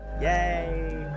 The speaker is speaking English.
Yay